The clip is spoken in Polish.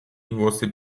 włosy